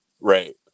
right